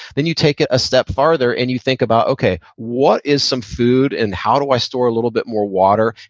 then you take it a step farther and you think about, okay, what is some food, and how do i store a little bit more water.